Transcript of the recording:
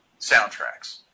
soundtracks